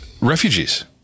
refugees